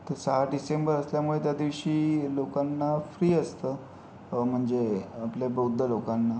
तर सहा डिसेंबर असल्यामुळे त्या दिवशी लोकांना फ्री असतं म्हणजे आपल्या बौद्ध लोकांना